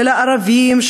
של הערבים,